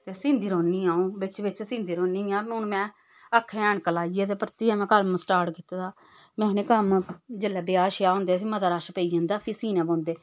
सींदी रौंह्दियां आ'ऊं बिच्च सींदी रौह्नियां हून में अक्खें गी ऐनक लाइयै ते परतियै कम्म स्टार्ट कीत्ते दा में आखनी कम्म जिसलै ब्याह् श्याह् होंदे मता रश पेई अंदा फ्ही सीनै पौंदे